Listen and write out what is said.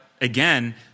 again